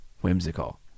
whimsical